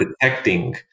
detecting